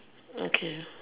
okay